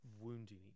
wounding